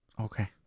Okay